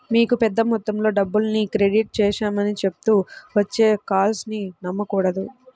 మీకు పెద్ద మొత్తంలో డబ్బుల్ని క్రెడిట్ చేశామని చెప్తూ వచ్చే కాల్స్ ని నమ్మకూడదు